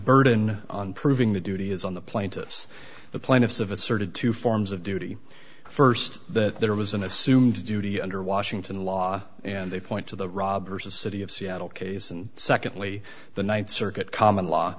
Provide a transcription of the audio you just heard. burden on proving the duty is on the plaintiffs the plaintiffs of asserted two forms of duty first that there was an assumed duty under washington law and they point to the robbers as city of seattle case and secondly the ninth circuit common law